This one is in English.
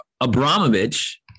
Abramovich